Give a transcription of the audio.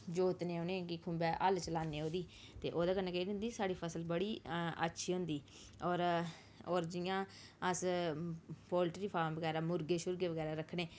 जोतने उ'नें गी खुम्बै हल चलाने ओह्दी ते ओह्दे कन्नै केह् होंदी साढ़ी फसल बड़ी अच्छी होंदी होर होर जियां अस पोल्ट्री फार्म बगैरा मुर्गे शुर्गे बगैरा रक्खने